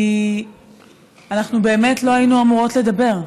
כי אנחנו באמת לא היינו אמורות לדבר.